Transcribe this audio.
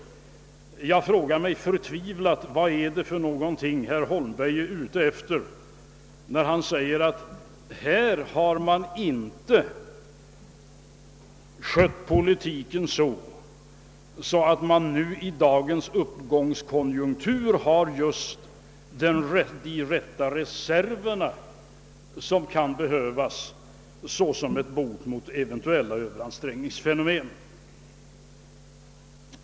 Jag frågar mig därför förtvivlat vad herr Holmberg är ute efter, när han säger att man inte har skött politiken så, att man i dagens konjunkturuppgång har de rätta reserverna, som kan behövas såsom bot mot eventuella överansträngningsfenomen.